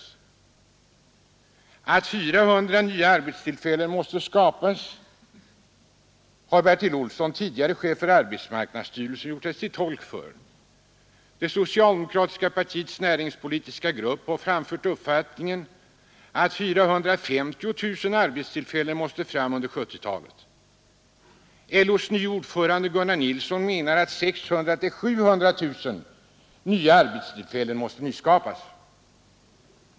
Åsikten att 400000 nya arbetstillfällen måste skapas har Bertil Olsson, tidigare chef för arbetsmarknadsstyrelsen, gjort sig till tolk för. Det socialdemokratiska partiets näringspolitiska grupp har framfört uppfattningen att 450 000 arbetstillfällen måste fram under 1970-talet. LO:s nye ordförande, Gunnar Nilsson, menar att 600 000-700 000 arbetstillfällen måste nyskapas.